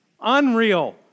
unreal